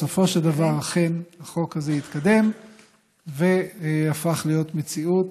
ובסופו של דבר החוק הזה התקדם והפך להיות מציאות,